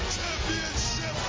Championship